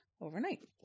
overnight